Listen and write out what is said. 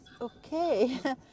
okay